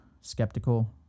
skeptical